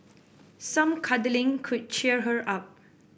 some cuddling could cheer her up